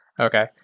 Okay